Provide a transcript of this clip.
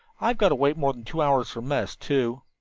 we've got to wait more than two hours for mess, too.